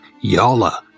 Yalla